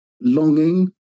longing